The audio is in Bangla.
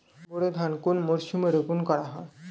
বোরো ধান কোন মরশুমে রোপণ করা হয়?